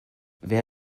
there